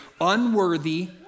unworthy